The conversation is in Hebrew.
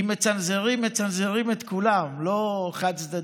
אם מצנזרים, מצנזרים את כולם, לא חד-צדדי.